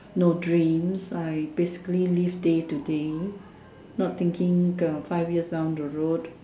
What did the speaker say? no dreams I basically live day to day not thinking the five years down the road